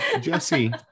jesse